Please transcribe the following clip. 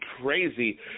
crazy